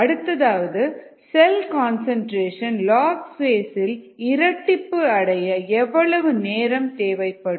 b cell concentration log phase சில் இரட்டிப்பு அடைய எவ்வளவு நேரம் தேவைப்படும்